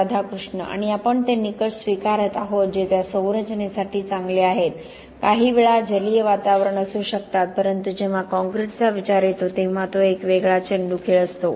राधाकृष्ण आणि आपण ते निकष स्वीकारत आहोत जे त्या संरचनेसाठी चांगले आहेत काहीवेळा जलीय वातावरण असू शकतात परंतु जेव्हा काँक्रीटचा विचार येतो तेव्हा तो एक वेगळा चेंडू खेळ असतो